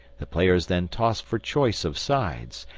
the players then toss for choice of sides,